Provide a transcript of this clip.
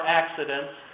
accidents